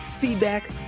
feedback